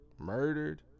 murdered